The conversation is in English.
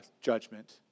judgment